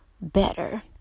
better